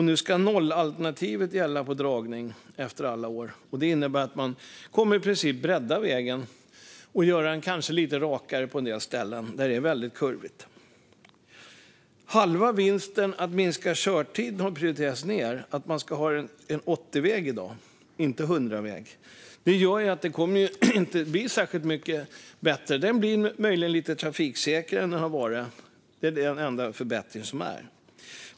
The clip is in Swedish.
Nu ska nollalternativet gälla på dragning, efter alla år. Det innebär att man i princip kommer att bredda vägen och kanske göra den lite rakare på en del ställen där det är väldigt kurvigt. Halva vinsten, att minska körtiden, har prioriterats ned. Man ska ha en 80-väg i dag, inte en 100-väg. Det gör ju att det inte kommer att bli särskilt mycket bättre; vägen blir möjligen lite trafiksäkrare än den har varit, men det är den enda förbättringen.